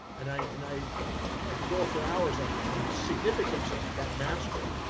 and i, and i, i could go for hours on on the significance of that mastery.